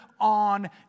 on